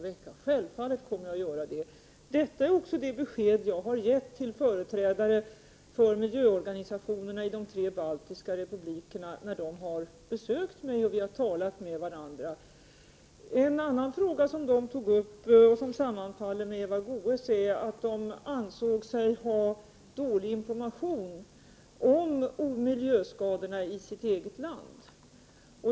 Detta är också det besked jag har gett till företrädare för miljöorganisationerna i de tre baltiska republikerna, när de har besökt mig och när vi har talat med varandra. En annan fråga som dessa företrädare tog upp - som sammanfaller med Eva Goés fråga — är att de ansåg sig ha dålig information om miljöskadorna i sitt eget land.